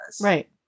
Right